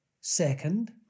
Second